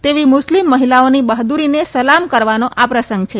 તેવી મુસ્લિમ મહિલાઓની બહાદ્દરીને સલામ કરવાનો આ પ્રસંગ છે